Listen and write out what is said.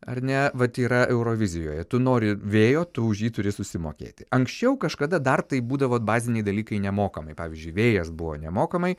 ar ne vat yra eurovizijoje tu nori vėjo tu už jį turi susimokėti anksčiau kažkada dar taip būdavo baziniai dalykai nemokamai pavyzdžiui vėjas buvo nemokamai